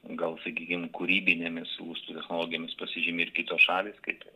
gal sakykim kūrybinėmis lustų technologijomis pasižymi ir kitos šalys kaip